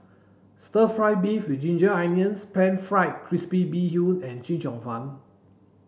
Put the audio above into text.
stir fry beef with ginger onions pan fried crispy bee hoon and Chee Cheong Fun